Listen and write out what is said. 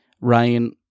Ryan